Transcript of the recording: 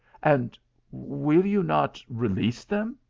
and will you not release them?